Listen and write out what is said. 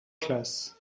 classes